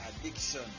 addiction